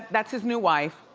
that's his new wife.